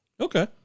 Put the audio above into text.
Okay